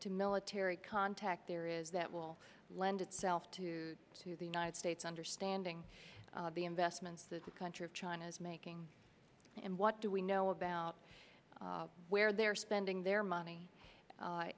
to military contact there is that will lend itself to to the united states understanding the investments that the country of china is making and what do we know about where they're spending their money